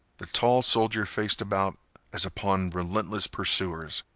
the tall soldier faced about as upon relentless pursuers.